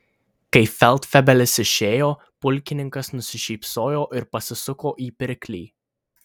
kai feldfebelis išėjo pulkininkas nusišypsojo ir pasisuko į pirklį